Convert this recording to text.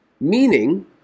meaning